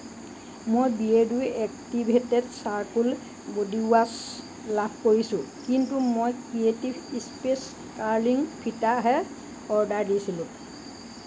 মই Beardo activated charcoal body wash লাভ কৰিছোঁ কিন্তু মই ক্ৰিয়েটিভ স্পেচ কাৰ্লিং ফিতাহে অৰ্ডাৰ দিছিলোঁ